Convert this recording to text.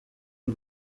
y’u